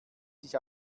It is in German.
sich